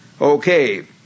Okay